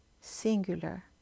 singular